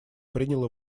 принял